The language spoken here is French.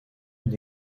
une